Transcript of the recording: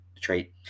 trait